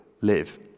live